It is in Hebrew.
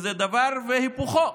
שזה דבר והיפוכו.